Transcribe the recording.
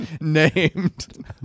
named